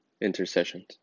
Intercessions